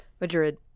Madrid